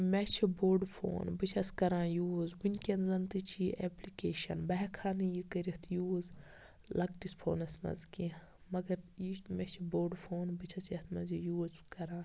مےٚ چھُ بوٚڑ فون بہٕ چھَس کَران یہِ یوٗز وٕنکیٚن زَن تہٕ چھِ یہِ ایٚپلِکیشَن بہٕ ہیٚکہٕ ہَنہٕ یہِ کٔرِتھ یوٗز لَکٹِس فونَس مَنٛز کینٛہہ مگر مےٚ چھُ یہِ چھُ بوٚڑ فون بہٕ چھَس یتھ مَنٛز یہِ یوٗز کَران